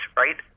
right